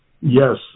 Yes